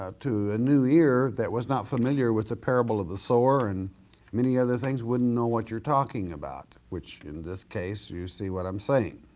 ah to a new ear that was not familiar with the parable of the sower and many other things wouldn't know what you're talking about, which in this case, you see what i'm saying.